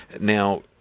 Now